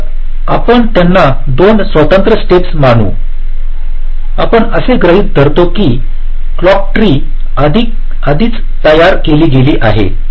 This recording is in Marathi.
तिसरा आपण त्यांना 2 स्वतंत्र स्टेप्स मानू आपण असे गृहीत धरतो की क्लॉक ट्री आधीच तयार केले गेले आहे